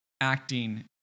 acting